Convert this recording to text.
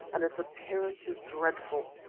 and its appearance was dreadful.